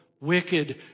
wicked